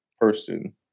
person